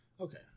Okay